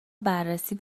بررسی